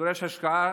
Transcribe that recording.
הדורש השקעה